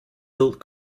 built